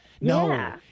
No